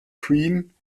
queen